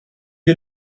est